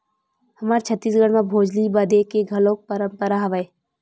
हमर छत्तीसगढ़ म भोजली बदे के घलोक परंपरा हवय